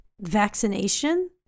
vaccination